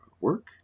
work